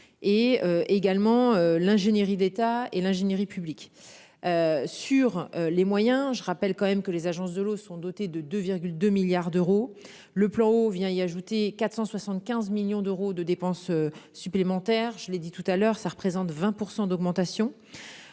et également l'ingénierie d'État et l'ingénierie publique. Sur les moyens. Je rappelle quand même que les agences de l'eau sont dotés de 2 2 milliards d'euros le plan eau vient y ajouter 475 millions d'euros de dépenses supplémentaires. Je l'ai dit tout à l'heure, ça représente 20% d'augmentation.